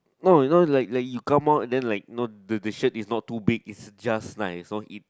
no no like like you come out the the shirt is not too big it's just nice